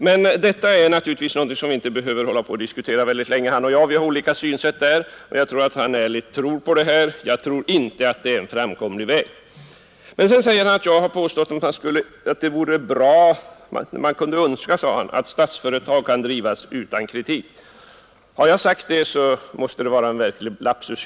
Men herr Regnéll och jag behöver inte diskutera detta så länge; vi har olika synsätt — herr Regnéll tror säkert ärligt på detta, medan jag anser att det inte är en framkomlig väg. Herr Regnéll åberopar vidare att jag skulle ha sagt att man skulle önska att Statsföretag AB kunde drivas utan kritik. Om jag har sagt det måste det vara en lapsus.